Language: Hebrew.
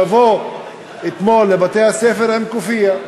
לבוא אתמול לבתי-הספר עם כופיה.